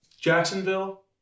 Jacksonville